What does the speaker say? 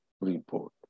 report